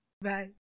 Bye